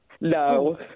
No